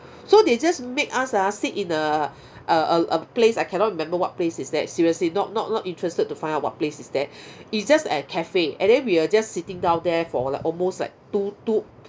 so they just make us ah sit in a a a a place I cannot remember what place is that seriously not not not interested to find out what place is that it's just a cafe and then we were just sitting down there for like almost like two two